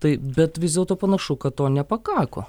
tai bet vis dėlto panašu kad to nepakako